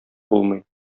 булмый